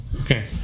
okay